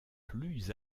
plus